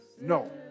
No